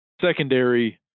secondary